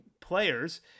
players